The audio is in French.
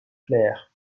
flair